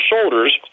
shoulders